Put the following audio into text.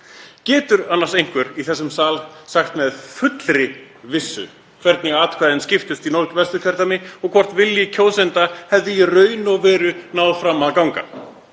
Getur annars einhver í þessum sal sagt með fullri vissu hvernig atkvæðin skiptust í Norðvesturkjördæmi og hvort vilji kjósenda hafi í raun og veru náð fram að ganga?